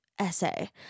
essay